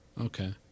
Okay